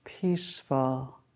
peaceful